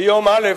ביום א',